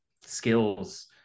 skills